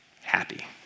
happy